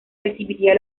recibiría